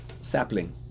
sapling